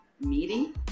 Meeting